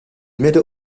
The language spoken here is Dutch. midden